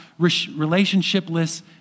relationshipless